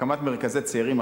הקמת מרכזי צעירים,